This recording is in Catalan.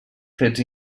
fets